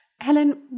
Helen